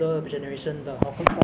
okay so zhe rei if